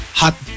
hot